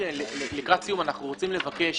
לקראת סיום אנחנו רוצים לבקש